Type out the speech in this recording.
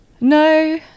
No